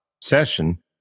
session